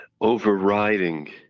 overriding